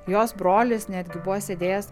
jos brolis netgi buvo sėdėjęs